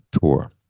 tour